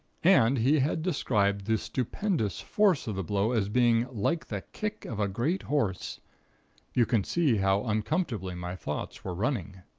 and he had described the stupendous force of the blow as being like the kick of a great horse you can see how uncomfortably my thoughts were running.